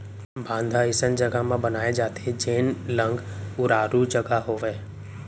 बांधा अइसन जघा म बनाए जाथे जेन लंग उरारू जघा होवय